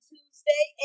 Tuesday